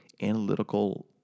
analytical